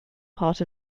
part